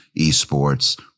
esports